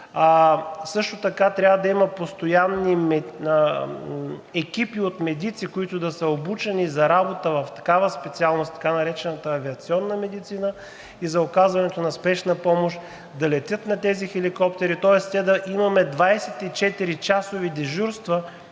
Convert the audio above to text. Също така трябва да има постоянни екипи от медици, които да са обучени за работа в такава специална, в така наречената авиационна медицина и за оказването на спешна помощ да летят на тези хеликоптери, тоест да имаме 24-часови дежурства